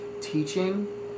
teaching